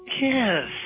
Yes